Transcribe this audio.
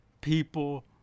people